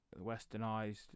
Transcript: Westernized